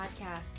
Podcast